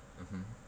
mmhmm